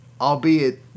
albeit